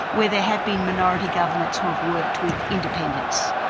where there have been minority governments who have worked with independents?